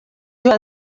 joan